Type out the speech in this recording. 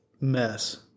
mess